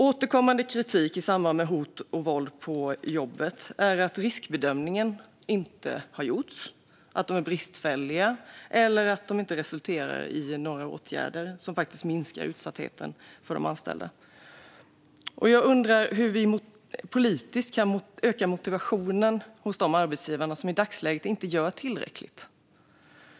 Återkommande kritik i samband med hot och våld på jobbet handlar om att riskbedömningar inte har gjorts, att de är bristfälliga eller att de inte resulterar i några åtgärder som faktiskt minskar utsattheten för de anställda. Jag undrar hur vi politiskt kan öka motivationen hos de arbetsgivare som i dagsläget inte gör tillräckligt.